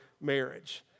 marriage